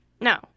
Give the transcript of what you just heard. No